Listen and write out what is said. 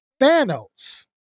Thanos